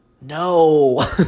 No